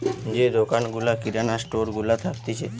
যে দোকান গুলা কিরানা স্টোর গুলা থাকতিছে